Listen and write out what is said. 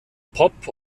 pop